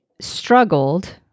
struggled